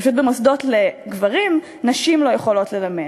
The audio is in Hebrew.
פשוט במוסדות לגברים נשים לא יכולות ללמד.